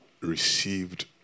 received